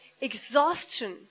exhaustion